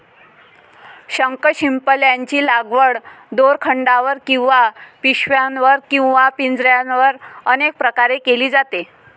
शंखशिंपल्यांची लागवड दोरखंडावर किंवा पिशव्यांवर किंवा पिंजऱ्यांवर अनेक प्रकारे केली जाते